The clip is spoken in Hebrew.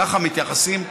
ככה מתייחסים?